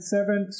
Seven